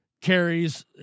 carries